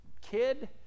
kid